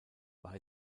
war